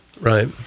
right